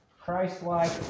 Christ-like